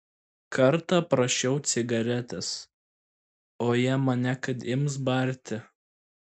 kartą prašiau cigaretės o jie mane kad ims barti